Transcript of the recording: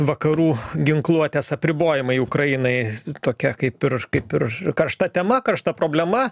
vakarų ginkluotės apribojimai ukrainai tokia kaip ir kaip ir karšta tema karšta problema